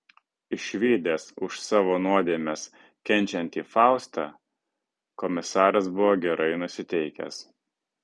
išvydęs už savo nuodėmes kenčiantį faustą komisaras buvo gerai nusiteikęs